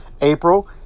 April